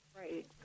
Right